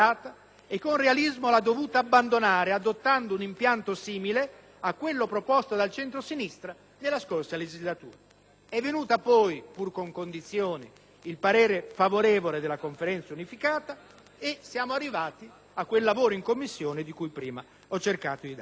e con realismo l'ha dovuta abbandonare, adottando un impianto simile a quello proposto dal centrosinistra nella scorsa legislatura. È venuto poi, pur con condizioni, il parere favorevole della Conferenza unificata e siamo arrivati a quel lavoro in Commissione di cui ho già dato atto.